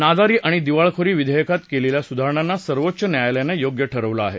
नादारी आणि दिवाळखोरी विधेयकात केलेल्या सुधारणांना सर्वोच्च न्यायालयानं योग्य ठरवलं आहे